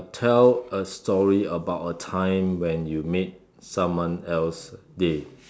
tell a story about a time when you made someone else day